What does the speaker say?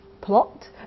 plot